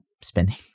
spending